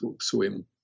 swim